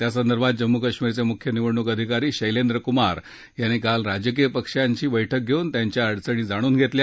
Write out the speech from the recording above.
त्यासंदर्भात जम्मू कश्मीरचे मुख्य निवडणूक अधिकारी शैलेंद्र कुमार यांनी काल राजकीय पक्षांची बैठक घेऊन त्यांच्या अडचणी जाणून घेतल्या